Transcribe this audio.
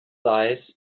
size